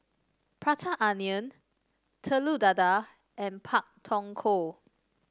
Prata Onion Telur Dadah and Pak Thong Ko